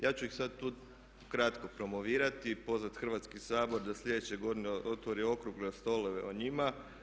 Ja ću ih sad tu kratko promovirati i pozvati Hrvatski sabor da sljedeće godine otvori okrugle stolove o njima.